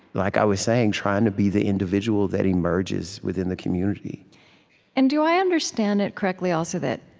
like i was saying, trying to be the individual that emerges within the community and do i understand it correctly, also, that